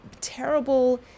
terrible